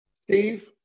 Steve